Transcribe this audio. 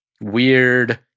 weird